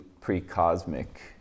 pre-cosmic